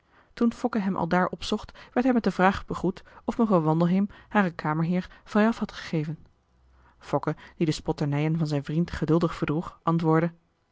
fokke hem aldaar opzocht werd hij met de vraag begroet of mevrouw wandelheem haren kamerheer vrijaf had gegeven fokke die de spotternijen van zijn vriend geduldig verdroeg antwoordde